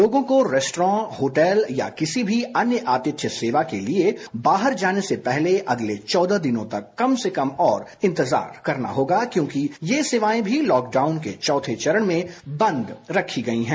लोगों को restaurant hotel या किसी भी अन्य आतिथ्य सेवा के लिए बाहर जाने से पहले अगले चौदह दिनों तक कम से कम और इंतजार करना होगा क्योंकि ये सेवाए भी लॉकडाउन के चौथे चरण में बंद रखी गई है